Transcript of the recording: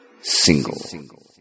single